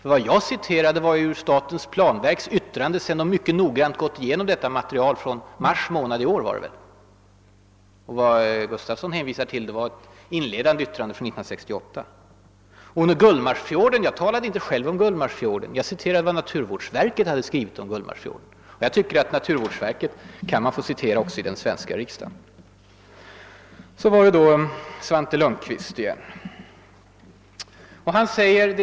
Jag citerade ur statens planverks yttrande från mars månad i år, 1970, som avgavs sedan verket mycket noggrant gått igenom det här materialet. Gunnar Gustafsson hänvisade däremot till ett inledande yttrande från 1968. Vad Gullmarsfjorden beträffar talade jag själv inte om den utan citerade vad naturvårdsverket hade skrivit om Gullmarsfjorden. Jag tycker att man kan få lov att citera naturvårdsverket även i den svenska riksdagen. Så var det då Svante Lundkvist igen!